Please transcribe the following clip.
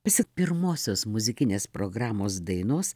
pasak pirmosios muzikinės programos dainos